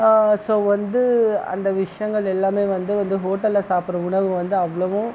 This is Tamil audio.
ஸோ வந்து அந்த விஷயங்கள் எல்லாம் வந்து வந்து ஹோட்டலில் சாப்பிட்ற உணவு வந்து அவ்வளோவும்